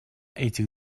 этих